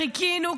חיכינו,